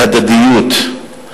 להדדיות,